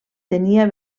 tenia